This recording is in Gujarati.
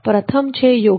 પ્રથમ છે યોગ્યતા